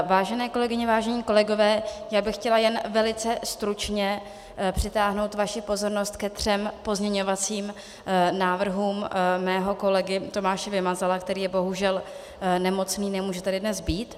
Vážené kolegyně, vážení kolegové, chtěla bych jen velice stručně přitáhnout vaši pozornost ke třem pozměňovacím návrhům mého kolegy Tomáše Vymazala, který je bohužel nemocný, nemůže tady dnes být.